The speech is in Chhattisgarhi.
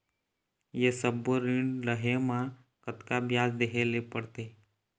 ये सब्बो ऋण लहे मा कतका ब्याज देहें ले पड़ते?